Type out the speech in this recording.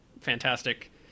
fantastic